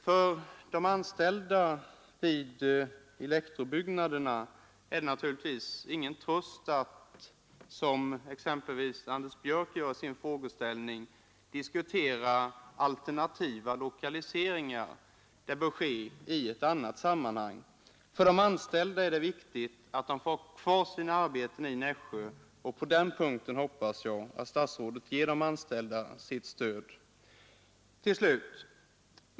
För de anställda vid elektrobyggnadsavdelningen är det naturligtvis ingen tröst att — som exempelvis Anders Björck gör i sin fråga — diskutera alternativa lokaliseringar. Det bör ske i annat sammanhang. För de anställda är det viktigt att de får ha sina arbeten kvar i Nässjö, och på den punkten hoppas jag att statsrådet senare ger de anställda sitt stöd. Till slut.